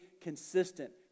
consistent